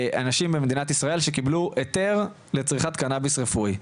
כ-100,000 אנשים במדינת ישראל שקיבלו היתר לצריכת קנאביס רפואי.